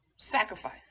sacrifice